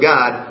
God